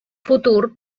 futur